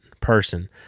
person